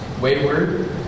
wayward